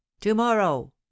to-morrow